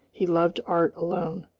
he loved art alone.